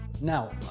now,